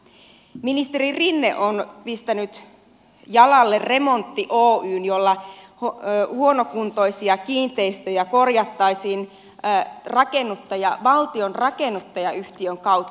ministeri rinne on pistänyt jalalle remontti oyn jolla huonokuntoisia kiinteistöjä korjattaisiin valtion rakennuttajayhtiön kautta